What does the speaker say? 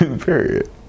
period